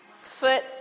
Foot